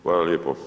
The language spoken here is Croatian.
Hvala lijepo.